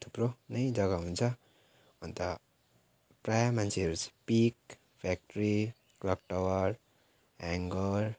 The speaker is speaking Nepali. थुप्रो नै जगा हुन्छ अन्त प्रायः मान्छेहरू pick factory clock tower hanger